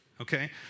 Okay